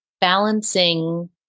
Balancing